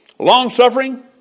Long-suffering